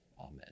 Amen